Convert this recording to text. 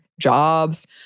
jobs